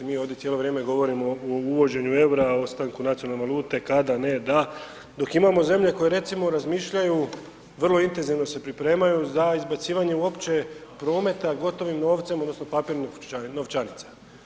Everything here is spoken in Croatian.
Mi ovdje cijelo vrijeme govorimo o uvoženju EUR-a, ostanku nacionalne valute, kada, ne, da, dok imamo zemlje koje recimo razmišljaju, vrlo intenzivno se pripremaju za izbacivanje uopće promete gotovim novcem odnosno papirnih novčanica.